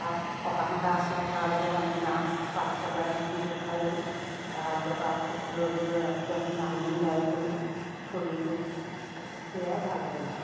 তাত সকাম এটা আছিলে তালৈ গলোঁ আমি গাঁৱৰ পাঁচ চবৰে কিমান গোট খাই গ'লোঁ এটা দবা ল'লোঁ লৈ ৰাতিটো আমি নাম গুণ গাই গ'লোঁ ফূৰ্তি কৰি সেয়াই ভাল লাগিলে